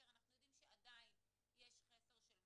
כי הרי אנחנו יודעים שעדיין יש חסר של מיטות.